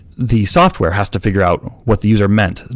the software has to figure out what the user meant.